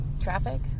traffic